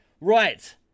Right